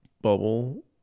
bubble